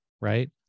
right